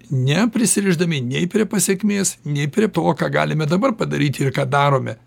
neprisirišdami nei prie pasekmės nei prie to ką galime dabar padaryt ir ką darome